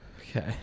okay